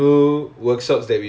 hello oh K K